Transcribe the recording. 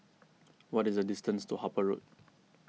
what is the distance to Harper Road